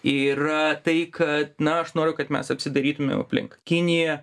yra tai kad na aš noriu kad mes apsidairytumėm aplink kinija